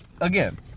again